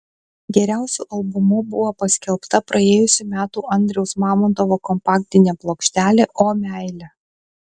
geriausiu albumu buvo paskelbta praėjusių metų andriaus mamontovo kompaktinė plokštelė o meile